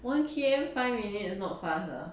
one K_M five minute not fast ah